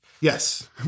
Yes